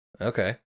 Okay